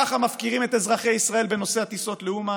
כך מפקירים את אזרחי ישראל בנושא הטיסות לאומן,